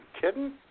kidding